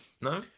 No